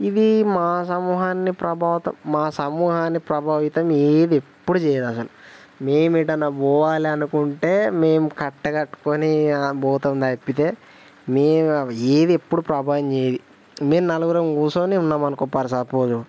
ఇవి మా సమూహాన్ని ప్రభావితం మా సమూహాన్ని ప్రభావితం ఏది ఎప్పుడు చెయ్యదు అసలు మేము ఎటు అన్నా పోవాలి అనుకుంటే మేము కట్టకట్టుకుని ఇగ పోతాం తప్పితే మేము ఏది ఎప్పుడు ప్రభావితం చేయది మేము నలుగురం కూర్చోని ఉన్నామనుకో పర్ సపోజు